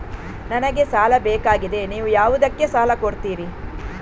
ನನಗೆ ಸಾಲ ಬೇಕಾಗಿದೆ, ನೀವು ಯಾವುದಕ್ಕೆ ಸಾಲ ಕೊಡ್ತೀರಿ?